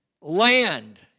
land